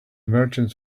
merchants